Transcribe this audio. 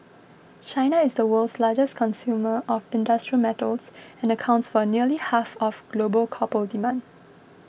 China is the world's largest consumer of industrial metals and accounts for nearly half of global copper demand